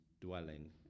dwelling